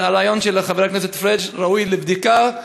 הרעיון של חבר הכנסת פריג' ראוי לבדיקה,